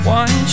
one